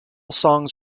songs